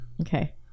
okay